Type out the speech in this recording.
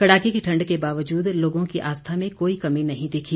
कड़ाके की ठंड के बावजूद लोगों की आस्था में कोई कमी नहीं दिखी